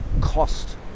cost